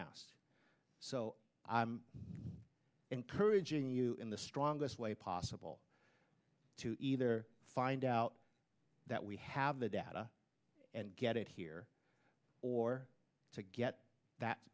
asked so i'm encouraging you in the strongest way possible to either find out that we have the data and get it here or to get that